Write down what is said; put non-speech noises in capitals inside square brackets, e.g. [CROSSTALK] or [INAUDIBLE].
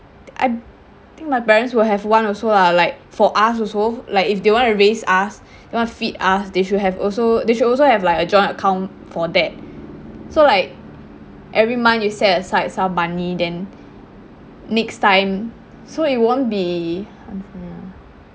I think my parents will have one also lah like for us also like if they wanna raise us they wanna feed us they should have also they should also have like a joint account for that so like every month you set aside some money then next time so it won't be [NOISE]